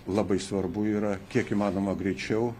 labai svarbu yra kiek įmanoma greičiau